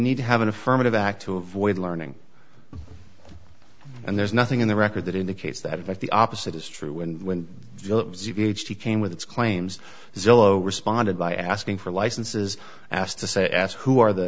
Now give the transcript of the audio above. need to have an affirmative act to avoid learning and there's nothing in the record that indicates that the opposite is true and when he came with its claims zillow responded by asking for licenses asked to say i asked who are the